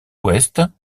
ouest